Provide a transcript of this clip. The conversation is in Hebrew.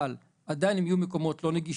אבל עדיין אם יהיו מקומות לא נגישים,